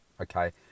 okay